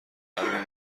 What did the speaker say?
درون